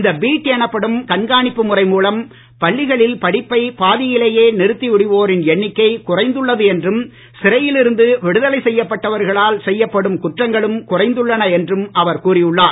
இந்த பீட் எனப்படும் கண்காணிப்பு முறை மூலம் பள்ளிகளில் படிப்பை பாதியிலேயே நிறுத்திவிடுவோரின் எண்ணிக்கை குறைந்துள்ளது என்றும் சிறையில் இருந்து விடுதலை செய்யப்பட்டவர்களால் செய்யப்படும் குற்றங்களும் குறைந்துள்ளன என்றும் அவர் கூறி உள்ளார்